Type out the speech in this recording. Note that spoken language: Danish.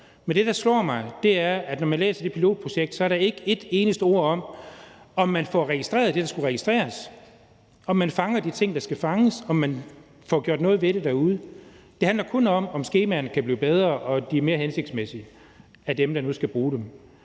men det, der slår mig, er, at når man læser det pilotprojekt, er der ikke et eneste ord om, om man får registreret det, der skal registreres; om man fanger de ting, der skal fanges; om man får gjort noget ved det derude. Det handler kun om, om skemaerne kan blive bedre, og at de er mere hensigtsmæssige for dem, der nu skal bruge dem.